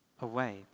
away